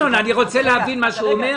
ינון, אני רוצה להבין את מה שהוא אומר.